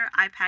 iPad